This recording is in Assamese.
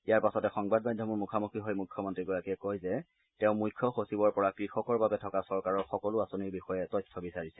ইয়াৰ পাছতে সংবাদ মাধ্যমৰ মুখামুখি হৈ মুখ্যমন্ত্ৰীগৰাকীয়ে কয় যে তেওঁ মুখ্য সচিবৰ পৰা কৃষকৰ বাবে থকা চৰকাৰৰ সকলো আঁচনিৰ বিষয়ে তথ্য বিচাৰিছে